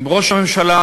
עם ראש הממשלה,